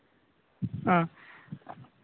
ᱦᱮᱸ